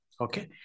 Okay